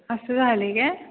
असं झाले काय